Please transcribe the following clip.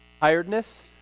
tiredness